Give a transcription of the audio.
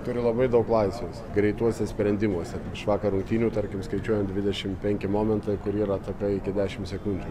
turi labai daug laisvės greituose sprendimuose iš vakar rungtynių tarkim skaičiuojant dvidešimt penki momentai kur yra ataka iki dešimt sekundžių